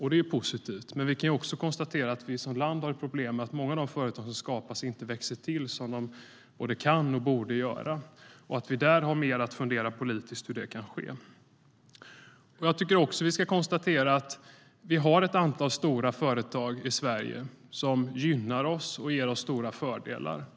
Det är positivt, men vi kan också konstatera att vi som land har problem med att många av de företag som skapas inte växer till som de borde kunna göra. Där har vi politiskt sett mer att fundera på. Jag tycker också att vi ska konstatera att vi har ett antal stora företag i Sverige som gynnar oss och ger oss stora fördelar.